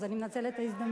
אז אני מנצלת את ההזדמנות.